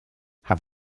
have